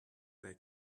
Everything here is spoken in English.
they